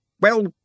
Well